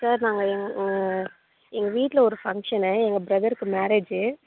sir நாங்கள் எங் எங்கள் வீட்டில் ஒரு ஃபங்ஷனு எங்கள் ப்ரதர்க்கு மேரேஜு